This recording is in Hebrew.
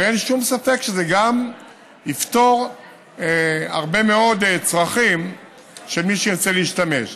ואין שום ספק שזה גם יפתור הרבה מאוד צרכים של מי שירצה להשתמש.